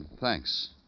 Thanks